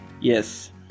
Yes